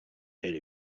elle